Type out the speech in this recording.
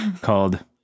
called